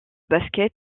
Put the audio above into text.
basket